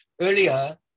earlier